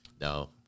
No